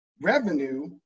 Revenue